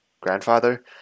grandfather